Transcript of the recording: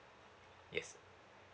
yes